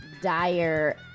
dire